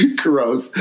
gross